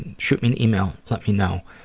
and shoot me an email, let me know.